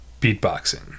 beatboxing